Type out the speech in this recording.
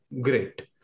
great